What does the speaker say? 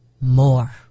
more